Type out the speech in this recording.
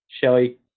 Shelly